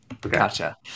Gotcha